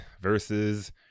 versus